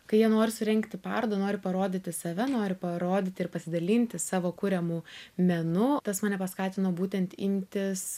kai jie nori surengti parodą nori parodyti save nori parodyti ir pasidalinti savo kuriamu menu tas mane paskatino būtent imtis